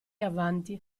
avanti